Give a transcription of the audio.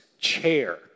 chair